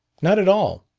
not at all.